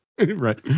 Right